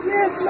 Yes